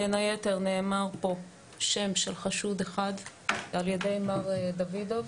בין היתר נאמר פה שם של חשוד אחד על ידי מר דוידוב.